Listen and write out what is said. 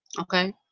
Okay